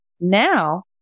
Now